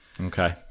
Okay